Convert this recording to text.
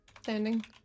Standing